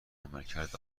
عملکرد